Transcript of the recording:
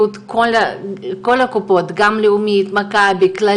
להארי וכן לכל חברי הכנסת המשתתפים ביום